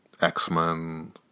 x-men